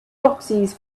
proxies